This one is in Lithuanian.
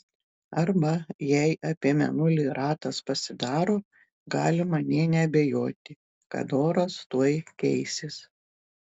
arba jei apie mėnulį ratas pasidaro galima nė neabejoti kad oras tuoj keisis